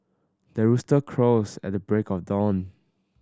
the rooster crows at the break of dawn